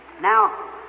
Now